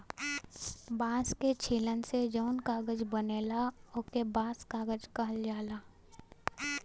बांस के छीलन से जौन कागज बनला ओके बांस कागज कहल जाला